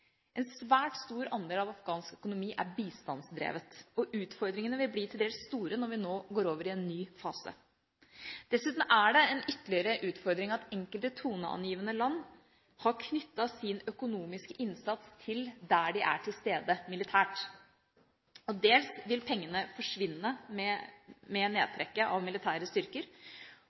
En svært stor andel av afghansk økonomi er bistandsdrevet. Utfordringene vil bli til dels store når vi nå går over i en ny fase. Dessuten er det en ytterligere utfordring at enkelte toneangivende land har knyttet sin økonomiske innsats til der de er til stede militært. Dels vil pengene forsvinne med nedtrekket av militære styrker,